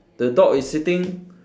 the dog is sitting